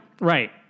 right